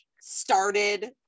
started